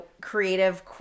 creative